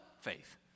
faith